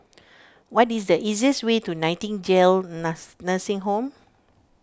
what is the easiest way to Nightingale Nursing Home